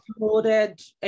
uploaded